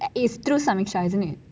is through samyuksha isn't it